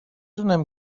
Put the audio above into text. تونم